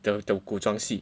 the the 古装戏